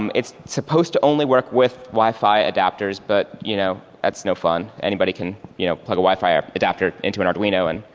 um it's supposed to only work with wifi adapters, but you know that's no fun. anybody can you know put a wifi ah adapter in an arduino. and